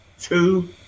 two